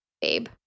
babe